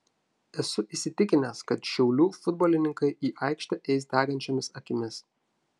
esu įsitikinęs kad šiaulių futbolininkai į aikštę eis degančiomis akimis